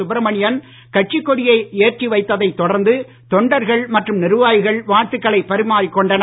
சுப்ரமணியன் கட்சி கொடியை ஏற்றி வைத்ததைத் தொடர்ந்து தொண்டர்கள் மற்றும் நிர்வாகிகள் வாழ்த்துக்களை பறிமாறிக் கொண்டனர்